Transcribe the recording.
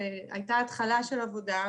הייתה התחלה של עבודה,